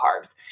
carbs